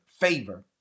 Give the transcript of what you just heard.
favor